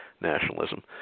nationalism